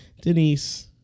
Denise